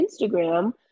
Instagram